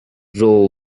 row